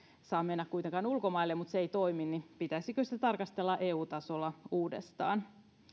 saa mennä kuitenkaan ulkomaille mutta se ei toimi niin pitäisikö sitä tarkastella eu tasolla uudestaan